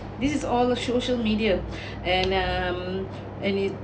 this is all social media and um and it